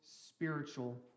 spiritual